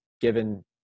given